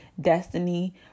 destiny